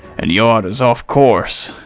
and yawed us off course!